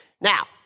Now